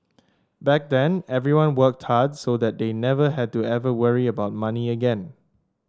back then everyone worked hard so that they never had to ever worry about money again